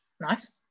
Nice